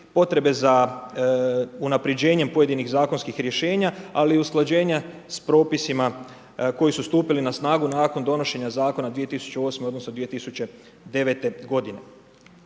potrebe za unapređenjem pojedinih zakonskih rješenja, ali i usklađenja s propisima, kji su stupili na snagu, nakon donošenja zakona 2008., odnosno, 2009. g.